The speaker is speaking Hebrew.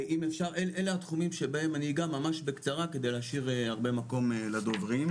אלה התחומים שבהם אני אגע ממש בקצרה כדי להשאיר הרבה מקום לדוברים.